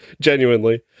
Genuinely